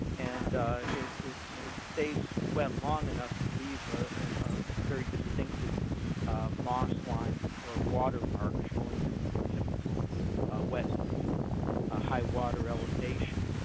and it it stays wet long enough to leave a very distinctive moss line or water mark, showing the typical wet season ah high water elevation.